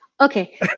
Okay